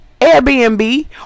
Airbnb